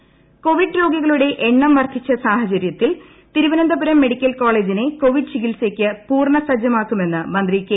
Shailaja Covid രോഗികളുടെ എണ്ണം വർധിച്ച സാഹചര്യത്തിൽ തിരുവനന്തപുരം മെഡിക്കൽ കോളേജിന്റെ കോവിഡ് ചികിത്സയ്ക്ക് പൂർണസജ്ജമാക്കുമെന്ന് മന്ത്രി കെ